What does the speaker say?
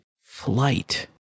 flight